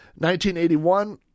1981